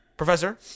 Professor